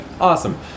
awesome